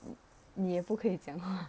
你也不可以讲话